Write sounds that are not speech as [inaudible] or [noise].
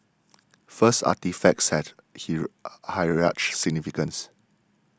first artefacts had hero [noise] heritage significance